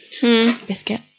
biscuit